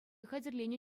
хатӗрленӗ